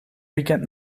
weekend